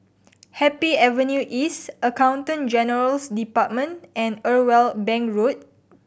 Happy Avenue East Accountant General's Department and Irwell Bank Road